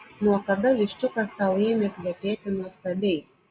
nuo kada viščiukas tau ėmė kvepėti nuostabiai